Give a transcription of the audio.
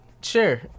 Sure